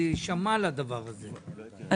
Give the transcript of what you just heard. להישמע לדבר הזה,